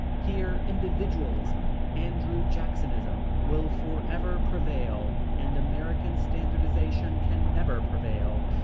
here individualism, andrew jacksonism, will forever prevail, and american standardization can never prevail.